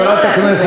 זה לא רק זה.